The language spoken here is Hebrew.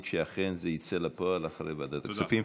שאכן זה יצא לפועל אחרי ועדת הכספים.